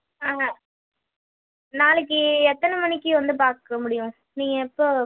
ஆ நாளைக்கு எத்தனை மணிக்கு வந்து பார்க்க முடியும் நீங்கள் எப்போ